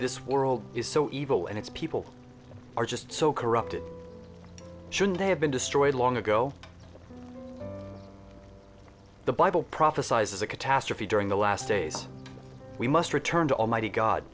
this world is so evil and its people are just so corrupted should they have been destroyed long ago the bible prophesies is a catastrophe during the last days we must return to almighty god